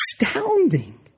astounding